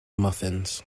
muffins